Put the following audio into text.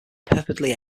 purportedly